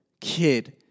kid